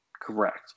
Correct